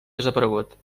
desaparegut